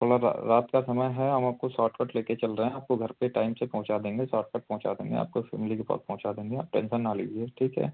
थोड़ा रात का समय है हम आपको सॉट कट लेके चल रहे हैं आपको घर पर टाइम से पहुँचा देंगे सॉर्ट कट पहुँचा देंगे आपको सिमली के पास पहुँचा देंगे आप टेन्सन ना लीजिए ठीक है